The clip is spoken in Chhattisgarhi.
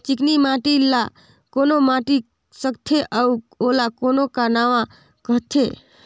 चिकनी माटी ला कौन माटी सकथे अउ ओला कौन का नाव काथे?